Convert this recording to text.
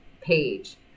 page